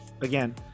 again